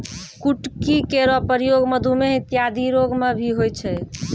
कुटकी केरो प्रयोग मधुमेह इत्यादि रोग म भी होय छै